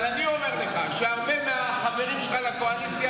אבל אני אומר לך שהרבה מהחברים שלך בקואליציה